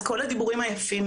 כל הדיבורים היפים